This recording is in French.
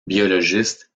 biologiste